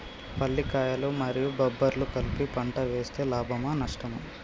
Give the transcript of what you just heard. పల్లికాయలు మరియు బబ్బర్లు కలిపి పంట వేస్తే లాభమా? నష్టమా?